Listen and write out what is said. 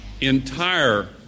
entire